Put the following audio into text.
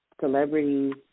celebrities